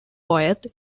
poet